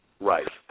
Right